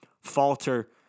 falter